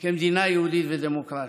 כמדינה יהודית ודמוקרטית.